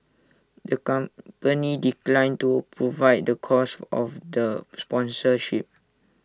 the company declined to provide the cost of the sponsorship